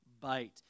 bite